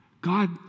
God